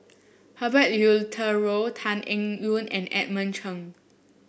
Herbert Eleuterio Tan Eng Yoon and Edmund Cheng